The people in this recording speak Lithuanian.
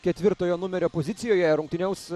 ketvirtojo numerio pozicijoje rungtyniaus